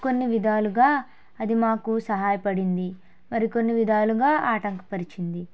కొన్ని విధాలుగా అది మాకు సహాయపడింది మరి కొన్ని విధాలుగా ఆటంక పరిచింది